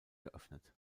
geöffnet